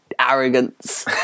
arrogance